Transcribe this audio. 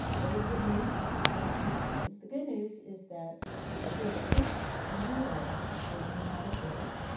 well, there's good news and some bad news. the good news is that if you are a fish swimming in oil and you have a gill,